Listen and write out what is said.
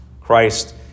Christ